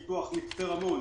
על פיתוח מצפה רמון